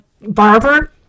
barber